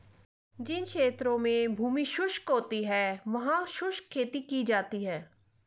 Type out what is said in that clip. जिन क्षेत्रों में भूमि शुष्क होती है वहां शुष्क खेती की जाती है